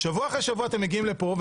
שבוע אחרי שבוע אתם מגיעים לפה.